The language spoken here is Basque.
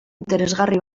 interesgarri